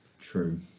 true